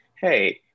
hey